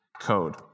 code